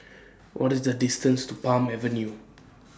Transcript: What IS The distance to Palm Avenue